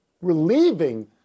relieving